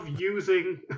using